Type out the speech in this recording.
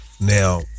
Now